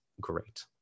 great